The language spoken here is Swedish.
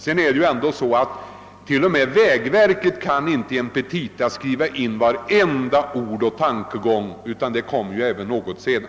Det är ju ändå så att inte ens vägverket kan i petita skriva in varje ord och tankegång, utan det får ju kompletteras senare.